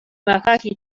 macachi